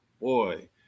boy